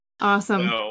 Awesome